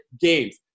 games